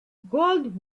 gold